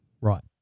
Right